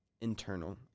internal